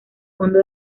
fondo